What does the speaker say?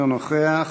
אינו נוכח.